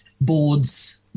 boards